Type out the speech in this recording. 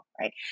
right